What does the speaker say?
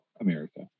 America